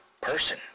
person